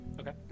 Okay